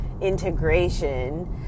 integration